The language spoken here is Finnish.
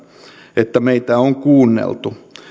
että meitä on kuunneltu